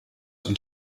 und